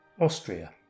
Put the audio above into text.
Austria